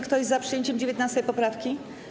Kto jest za przyjęciem 19. poprawki?